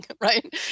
right